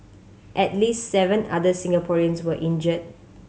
at least seven other Singaporeans were injured